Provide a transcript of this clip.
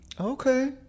Okay